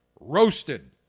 roasted